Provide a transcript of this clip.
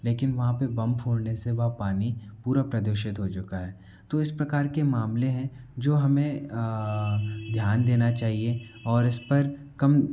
लेकिन वहाँ पर बम फोड़ने से वह पानी पूरा प्रदूषित हो चुका है तो इस प्रकार के मामले हैं जो हमें ध्यान देना चाहिए और इस पर कम